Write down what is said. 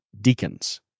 deacons